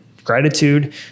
gratitude